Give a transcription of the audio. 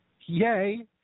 Yay